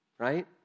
Right